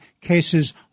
cases